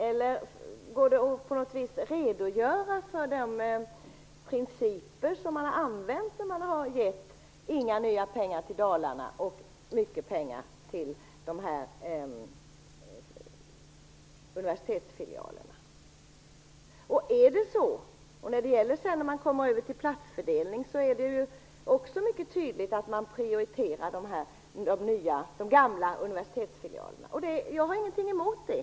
Eller går det att redogöra för de principer man har använt när man beslutat att inte ge några nya pengar till Dalarna och mycket pengar till universitetsfilialerna? Också i platsfördelningen är det mycket tydligt att man prioriterar de gamla universitetsfilialerna, och jag har ingenting emot det.